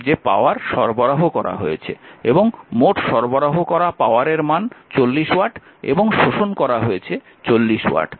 সুতরাং মোট সরবরাহ করা পাওয়ারের মান 40 ওয়াট এবং শোষণ করা হয় 40 ওয়াট